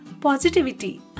positivity